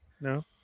No